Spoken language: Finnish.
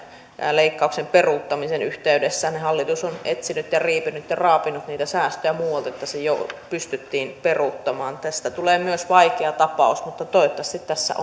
leikkauksen peruuttamisen yhteydessä ne hallitus on etsinyt ja riipinyt ja raapinut niitä säästöjä muualta että se pystyttiin peruuttamaan tästä tulee myös vaikea tapaus mutta toivottavasti tässä